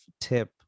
tip